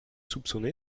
soupçonné